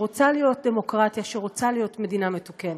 שרוצה להיות דמוקרטיה, שרוצה להיות מדינה מתוקנת.